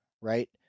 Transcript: Right